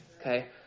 Okay